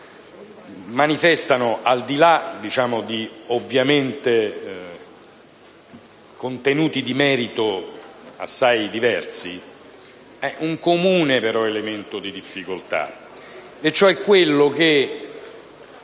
manifestano, al di là ovviamente di contenuti di merito assai diversi, un comune elemento difficoltà: